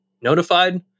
notified